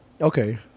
Okay